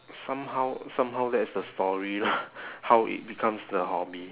somehow somehow that is the story lah how it becomes the hobby